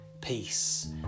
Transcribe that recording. peace